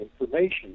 information